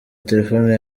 telefone